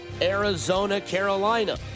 Arizona-Carolina